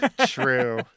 True